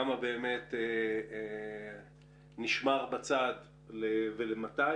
כמה באמת נשמר בצד ולמתי.